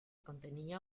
contenía